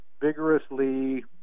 vigorously